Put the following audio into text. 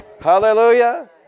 Hallelujah